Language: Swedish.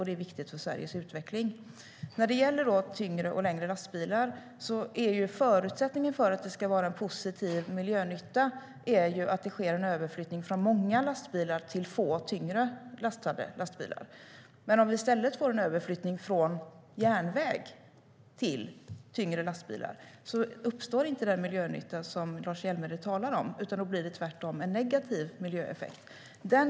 Det är viktigt för Sveriges utveckling. När det gäller tyngre och längre lastbilar är förutsättningen för att det ska vara en positiv miljönytta att det sker en överflyttning från många lastbilar till få och tyngre lastade lastbilar. Om vi i stället får en överflyttning från järnväg till tyngre lastbilar uppstår inte den miljönytta som Lars Hjälmered talar om, utan då blir det tvärtom en negativ miljöeffekt.